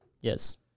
Yes